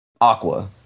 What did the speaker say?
Aqua